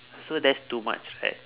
so that's too much right